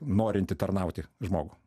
norintį tarnauti žmogų